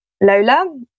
Lola